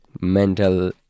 mental